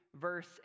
verse